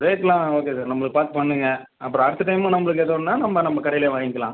ரேட்டெல்லாம் okay sir நம்மளுக்கு பார்த்து பண்ணுங்க அப்புறம் அடுத்த டைமும் நம்மளுக்கு ஏதோன்னால் நம்ம நம்ம கடையிலேயே வாங்கிக்கலாம்